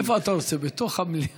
איפה אתה רוצה, בתוך המליאה?